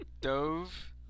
dove